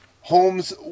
Holmes